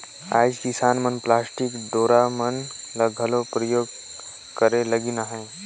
आएज किसान मन पलास्टिक डोरा मन ल घलो परियोग करे लगिन अहे